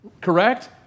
Correct